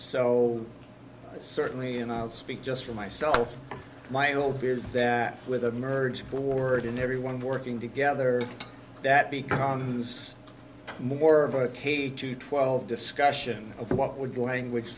so certainly and i'll speak just for myself my old peers that with a merge board and everyone working together that becomes more of a k to twelve discussion over what would language